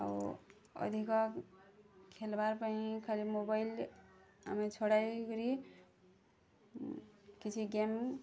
ଆଉ ଅଧିକ ଖେଲ୍ବାର୍ ପାଇଁ ଖାଲି ମୋବାଇଲ୍ ଆମେ ଛଡ଼ାଇ କରି କିଛି ଗେମ୍